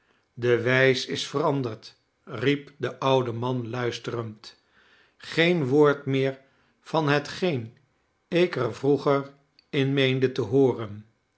de wijs is veranderd riep de oude man luisterend green woord meer van hetgeen ik er vroeger in ineende te hooren